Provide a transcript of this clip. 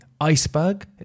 iceberg